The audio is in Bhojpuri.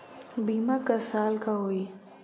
बीमा क साल क होई?